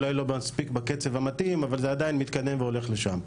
אולי לא מספיק בקצב המתאים אבל זה עדיין מתקדם והולך לשם.